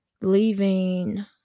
leaving